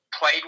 played